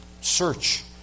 search